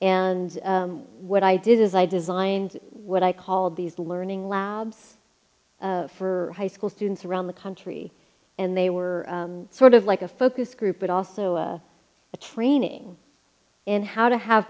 and what i did is i designed what i called these learning labs for high school students around the country and they were sort of like a focus group but also a training in how to have